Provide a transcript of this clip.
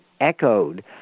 echoed